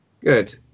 Good